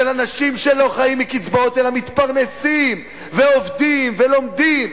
של אנשים שלא חיים מקצבאות אלא מתפרנסים ועובדים ולומדים.